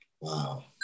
Wow